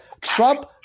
Trump